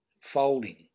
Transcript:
Folding